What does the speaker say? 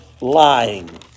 lying